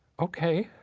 okay.